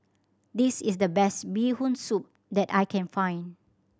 this is the best Bee Hoon Soup that I can find